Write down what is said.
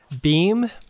beam